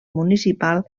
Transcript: municipal